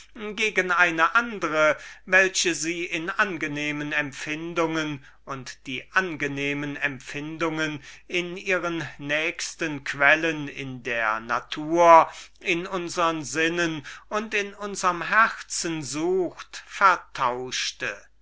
gegen eine philosophie welche sie in angenehmen empfindungen und die angenehmen empfindungen in ihren nächsten quellen in der natur in unsern sinnen und in unsern herzen sucht vertauschte